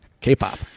K-pop